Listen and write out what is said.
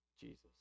Jesus